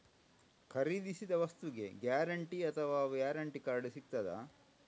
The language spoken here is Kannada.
ಖರೀದಿಸಿದ ವಸ್ತುಗೆ ಗ್ಯಾರಂಟಿ ಅಥವಾ ವ್ಯಾರಂಟಿ ಕಾರ್ಡ್ ಸಿಕ್ತಾದ?